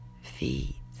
feet